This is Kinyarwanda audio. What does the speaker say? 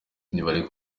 nibareke